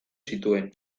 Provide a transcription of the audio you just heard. zituen